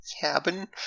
cabin